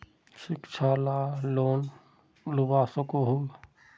शिक्षा ला लोन लुबा सकोहो?